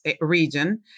region